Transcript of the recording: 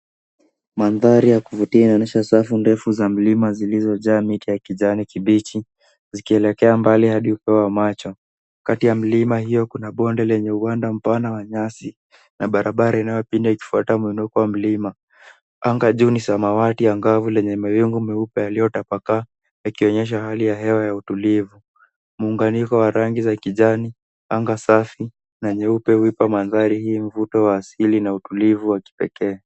Mandhari ya kuvutia yanaonyesha safu ndefu za milima zilizojaa miti ya kijani kibichi zikielekea upeo wa macho. Kati ya milima hiyo kuna bonde lenye uwanda mpana wa nyasi na barabara inayopinda ikifuata mwendo kwa mlima. Anga juu ni samawati angavu lenye mawingu meupe yaliyotapakaa yakionyesha haki ya hewa ya utulivu. Muunganyiko wa rangi za kijani, anga safi na nyeupe huipa mandhari hii mvuto wa asili na utulivu wa kipekee.